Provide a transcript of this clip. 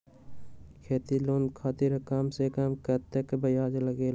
खेती लोन खातीर कम से कम कतेक ब्याज लगेला?